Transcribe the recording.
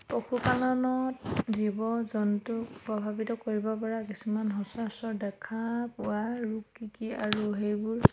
পশুপালনত জীৱ জন্তুক প্ৰভাৱিত কৰিবপৰা কিছুমান সচৰাচৰ দেখা পোৱা ৰোগ কি কি আৰু সেইবোৰ